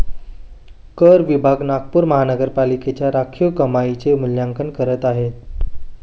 कर विभाग नागपूर महानगरपालिकेच्या राखीव कमाईचे मूल्यांकन करत आहे